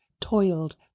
toiled